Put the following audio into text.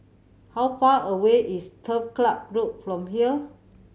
how far away is Turf Ciub Road from here